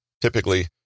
Typically